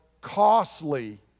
costly